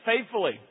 faithfully